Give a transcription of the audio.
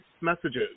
messages